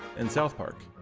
and south park.